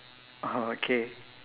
oh okay